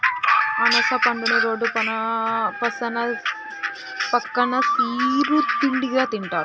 అనాస పండుని రోడ్డు పక్కన సిరు తిండిగా తింటారు